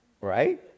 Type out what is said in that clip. Right